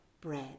bread